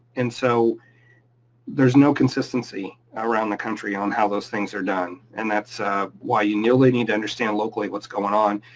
and so there's no consistency around the country on how those things are done, and that's why you nearly need to understand locally what's going on.